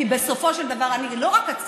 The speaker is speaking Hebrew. כי בסופו של דבר אני לא רק עצמאית,